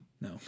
No